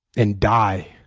and die